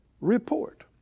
Report